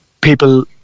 people